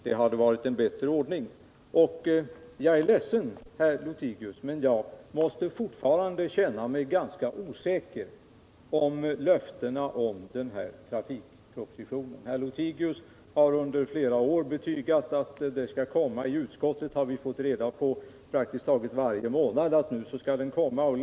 Detta hade varit en bättre ordning. Jag är ledsen, herr Lothigius, men jag måste fortfarande känna mig ganska osäker när det gäller löftena om den här trafikpropositionen. Herr Lothigius har under flera år betygat att den skall komma. I utskottet har vi praktiskt taget varje månad fått veta att den skall komma.